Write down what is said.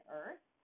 earth